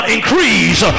increase